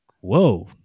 Whoa